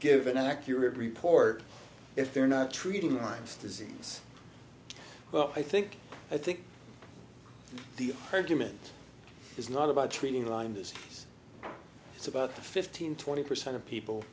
give an accurate report if they're not treating the lines disease well i think i think the argument is not about treating line this it's about fifteen twenty percent of people